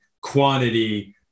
quantity